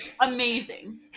amazing